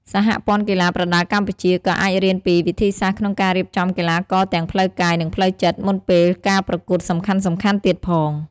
សហព័ន្ធកីឡាប្រដាល់កម្ពុជា ក៏អាចរៀនពីវិធីសាស្ត្រក្នុងការរៀបចំកីឡាករទាំងផ្លូវកាយ និងផ្លូវចិត្ត មុនពេលការប្រកួតសំខាន់ៗទៀតផង។